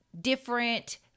different